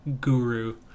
guru